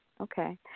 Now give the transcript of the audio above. okay